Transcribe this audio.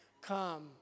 come